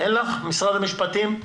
משרד המשפטים?